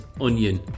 onion